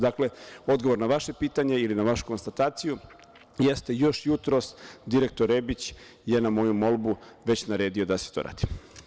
Dakle, odgovor na vaše pitanje ili na vašu konstataciju jeste – još jutros direktor Rebić je, na moju molbu, naredio da se to radi.